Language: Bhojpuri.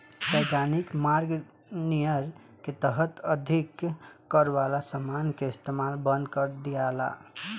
वैधानिक मार्ग नियर के तहत अधिक कर वाला समान के इस्तमाल बंद कर दियाला